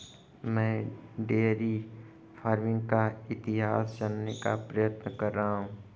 मैं dairy farming का इतिहास जानने का प्रयत्न कर रहा हूं